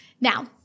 now